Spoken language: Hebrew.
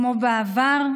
כמו בעבר,